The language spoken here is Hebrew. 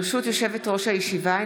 ברשות יושבת-ראש הישיבה,